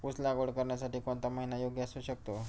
ऊस लागवड करण्यासाठी कोणता महिना योग्य असू शकतो?